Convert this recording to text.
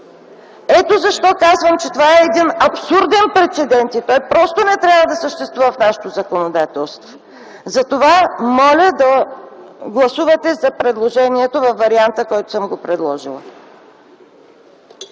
Ето защо казвам, че това е един абсурден прецедент и той просто не трябва да съществува в нашето законодателство. Моля, да гласувате за предложението във варианта, който съм го предложила.